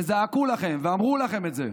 וזעקו לכם ואמרו לכם את זה,